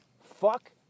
Fuck